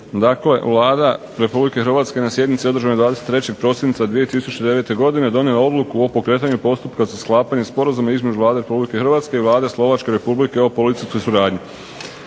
Dakle, Vlada Republike Hrvatske na sjednici održanoj 23. prosinca 2009. godine donijela je odluku o pokretanju postupka za sklapanje Sporazuma između Vlade Republike Hrvatske i Vlade Slovačke Republike o policijskoj suradnji.